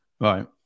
Right